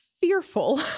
fearful